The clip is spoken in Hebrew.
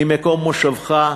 ממקום מושבך,